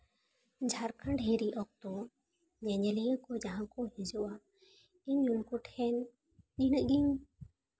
ᱡᱷᱟᱲᱠᱷᱚᱸᱰ ᱦᱤᱨᱤ ᱚᱠᱛᱚ ᱧᱮᱧᱮᱞᱤᱭᱟᱹ ᱠᱚ ᱡᱟᱦᱟᱸ ᱠᱚ ᱦᱤᱡᱩᱜᱼᱟ ᱤᱧ ᱩᱱᱠᱩ ᱴᱷᱮᱱ ᱱᱤᱱᱟᱹᱜ ᱜᱤᱧ